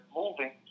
moving